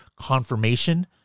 confirmation